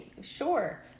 Sure